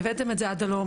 והבאתם את זה עד הלום.